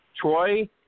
Troy